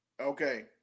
Okay